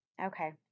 Okay